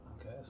Okay